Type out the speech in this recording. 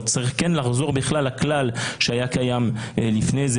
כן צריך לחזור לכלל שהיה קיים לפני כן,